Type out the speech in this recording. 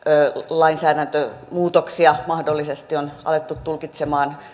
lainsäädäntömuutoksia mahdollisesti on alettu tulkitsemaan